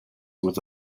with